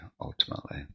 ultimately